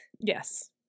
Yes